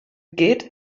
geht